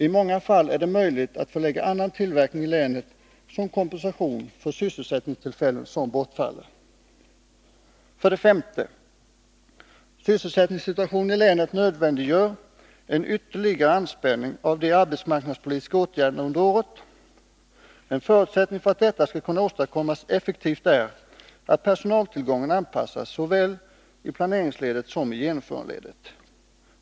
I många fall är det möjligt att förlägga annan tillverkning till länet som kompensation för sysselsättningstillfällen som bortfaller. 5. Sysselsättningssituationen i länet nödvändiggör en ytterligare anspänning av de arbetsmarknadspolitiska åtgärderna under året. En förutsättning för att detta skall kunna åstadkommas effektivt är att personaltillgången anpassas, såväl i planeringsledet som i genomförandeledet.